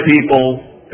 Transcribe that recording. people